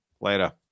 Later